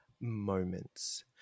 moments